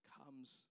comes